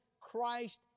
Christ